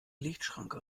lichtschranke